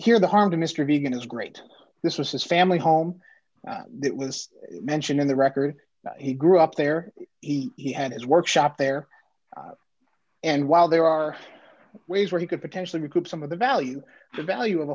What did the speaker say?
here the harm to mr reagan is great this was his family home it was mentioned in the record he grew up there he had his workshop there and while there are ways where he could potentially recoup some of the value the value of